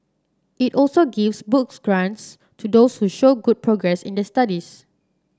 it also gives book grants to those who show good progress in their studies